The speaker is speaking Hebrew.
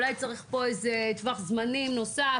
אולי צריך פה איזה טווח זמנים נוסף",